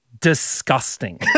disgusting